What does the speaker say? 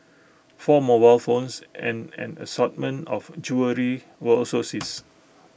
four mobile phones and an assortment of jewellery were also seized